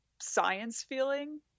science-feeling